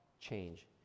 change